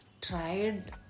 tried